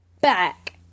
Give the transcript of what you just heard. back